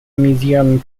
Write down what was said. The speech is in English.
museum